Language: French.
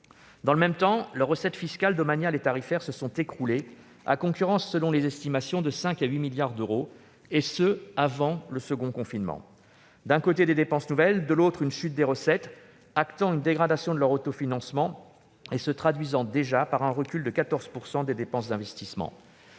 Dans le même temps, leurs recettes fiscales, domaniales et tarifaires se sont écroulées, à hauteur, selon les estimations, de 5 à 8 milliards d'euros, et ce avant le second confinement. L'effet combiné des dépenses nouvelles et de la chute des recettes a été une dégradation de l'autofinancement, ce qui s'est traduit par un recul de 14 % des dépenses d'investissement.